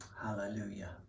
Hallelujah